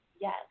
Yes